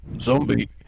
zombie